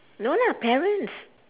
no lah parents